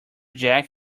jack